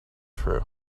true